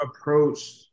approach